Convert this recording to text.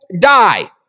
die